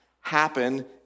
happen